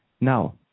now